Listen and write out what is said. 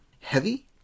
heavy